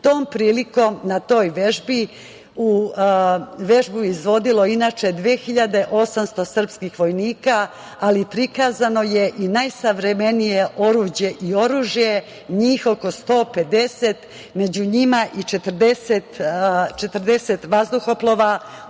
Tom prilikom, na toj vežbi, vežbu je izvodilo, inače, 2.800 srpskih vojnika, ali prikazano je i najsavremenije oruđe i oružje, njih oko 150, među njima i 40 vazduhoplova,